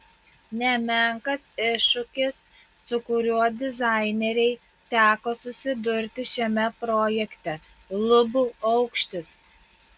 nemenkas iššūkis su kuriuo dizainerei teko susidurti šiame projekte lubų aukštis